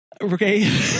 Okay